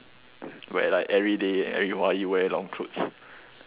where like everyday everybody wear long clothes